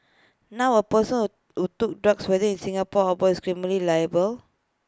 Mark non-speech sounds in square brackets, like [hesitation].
now A person [hesitation] who took drugs whether in Singapore or abroad is criminally liable